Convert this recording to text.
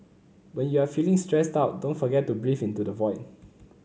when you are feeling stressed out don't forget to breathe into the void